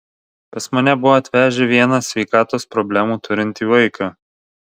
pas mane buvo atvežę vieną sveikatos problemų turintį vaiką